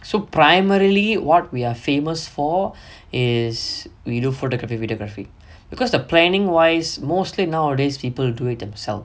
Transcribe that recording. so primarily what we are famous for is photography videography because the planning wise mostly nowadays people do it themselves